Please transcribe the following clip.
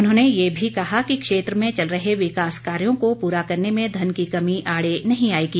उन्होंने ये भी कहा कि क्षेत्र में चल रहे विकास कार्यो को पूरा करने में धन की कमी आढ़े नहीं आएगी